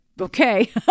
Okay